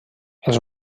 els